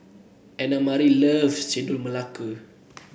Annamarie loves Chendol Melaka